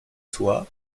toit